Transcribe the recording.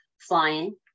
flying